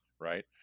right